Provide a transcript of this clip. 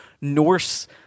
norse